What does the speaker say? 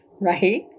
right